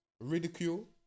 Ridicule